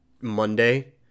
Monday